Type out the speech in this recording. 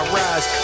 rise